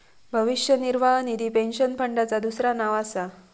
भविष्य निर्वाह निधी पेन्शन फंडाचा दुसरा नाव असा